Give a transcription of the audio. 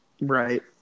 Right